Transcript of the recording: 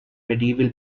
medieval